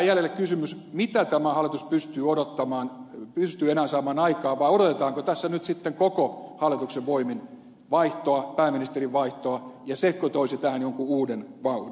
jää jäljelle kysymys mitä tämä hallitus pystyy enää saamaan aikaan vaan odotetaanko tässä nyt sitten koko hallituksen voimin vaihtoa pääministerin vaihtoa ja sekö toisi tähän jonkun uuden vauhdin